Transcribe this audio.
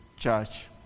Church